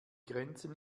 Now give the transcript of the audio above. grenzen